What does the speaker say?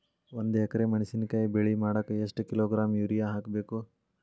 ಒಂದ್ ಎಕರೆ ಮೆಣಸಿನಕಾಯಿ ಬೆಳಿ ಮಾಡಾಕ ಎಷ್ಟ ಕಿಲೋಗ್ರಾಂ ಯೂರಿಯಾ ಹಾಕ್ಬೇಕು?